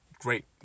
Great